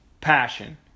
passion